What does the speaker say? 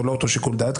ולא אותו שיקול דעת,